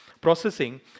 processing